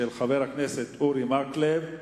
של חבר הכנסת אורי מקלב.